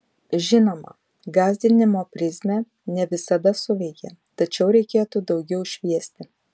žinoma gąsdinimo prizmė ne visada suveikia tačiau reikėtų daugiau šviesti